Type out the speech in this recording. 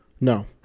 No